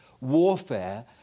warfare